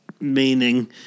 meaning